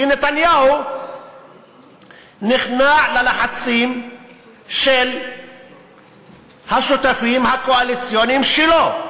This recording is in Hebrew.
כי נתניהו נכנע ללחצים של השותפים הקואליציוניים שלו.